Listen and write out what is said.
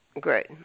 Great